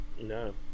No